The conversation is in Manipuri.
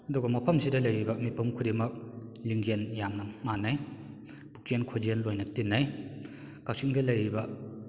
ꯑꯗꯨꯒ ꯃꯐꯝꯁꯤꯗ ꯂꯩꯔꯤꯕ ꯄꯤꯄꯨꯝ ꯈꯨꯗꯤꯡꯃꯛ ꯂꯤꯡꯖꯦꯜ ꯌꯥꯝꯅ ꯃꯥꯟꯅꯩ ꯄꯨꯛꯆꯦꯟ ꯈꯣꯏꯖꯦꯟ ꯂꯣꯏꯅ ꯇꯤꯟꯅꯩ ꯀꯥꯛꯆꯤꯡꯗ ꯂꯩꯔꯤꯕ